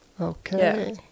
Okay